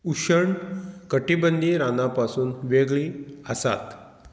उशण कटिबंदीय रानां पासून वेगळीं आसात